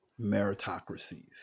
meritocracies